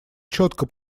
четко